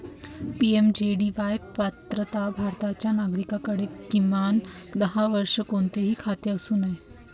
PMJDY पात्रता भारताच्या नागरिकाकडे, किमान दहा वर्षे, कोणतेही खाते असू नये